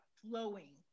flowing